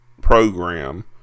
program